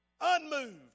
unmoved